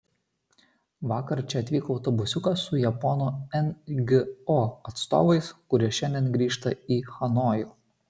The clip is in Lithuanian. vakar čia atvyko autobusiukas su japonų ngo atstovais kurie šiandien grįžta į hanojų